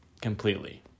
completely